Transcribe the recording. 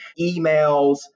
emails